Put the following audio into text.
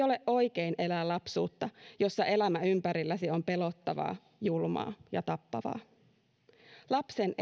ole oikein elää lapsuutta jossa elämä ympärilläsi on pelottavaa julmaa ja tappavaa lapsen